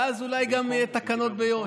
ואז אולי גם יהיו תקנות ביו"ש.